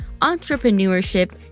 entrepreneurship